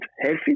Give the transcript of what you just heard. healthy